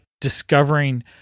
discovering